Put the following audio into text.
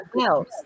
else